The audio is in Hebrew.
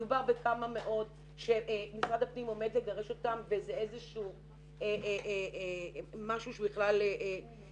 מדובר בכמה מאות שמשרד הפנים עומד לגרש אותם וזה משהו לא מוזכר.